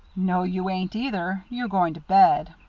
no, you ain't either. you're going to bed.